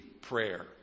prayer